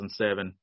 2007